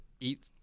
eat